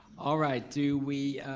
all right, do we,